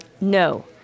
No